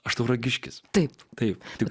aš tauragiškis taip taip tik